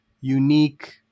unique